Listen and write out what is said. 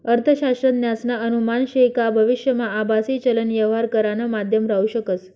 अर्थशास्त्रज्ञसना अनुमान शे का भविष्यमा आभासी चलन यवहार करानं माध्यम राहू शकस